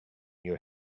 your